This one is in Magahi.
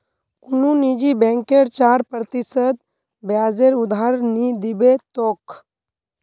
कुनु निजी बैंक चार प्रतिशत ब्याजेर उधार नि दीबे तोक